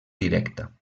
directa